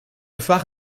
phare